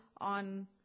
on